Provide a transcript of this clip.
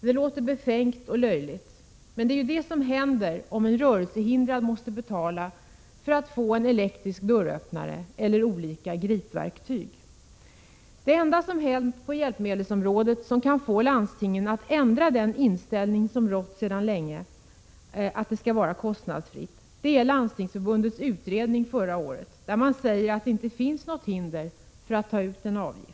Det låter befängt och löjligt, men det är ju vad som händer om en rörelsehindrad måste betala för att få en elektrisk dörröppnare eller olika gripverktyg. Det enda som hänt på hjälpmedelsområdet och som kan få landstingen att ändra den inställning som rått sedan länge, nämligen att det skall vara kostnadsfritt, är Landstingsförbundets utredning förra året, där man säger — Prot. 1986/87:67 att det inte finns något hinder för att ta ut en avgift.